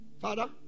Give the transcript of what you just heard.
Father